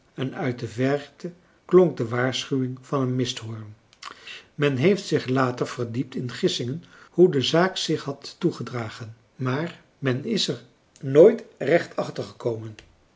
en uit de verte klonk de waarschuwing van een misthoorn men heeft zich later verdiept in gissingen hoe de zaak zich had toegedragen maar men is er nooit recht achtergekomen